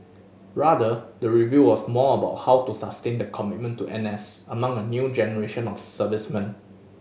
rather the review was more about how to sustain the commitment to N S among a new generation of servicemen